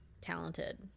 talented